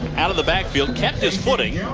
out of the back field. kept his footing.